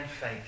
faith